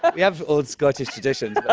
ah we have old scottish traditions,